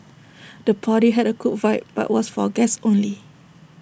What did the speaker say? the party had A cool vibe but was for guests only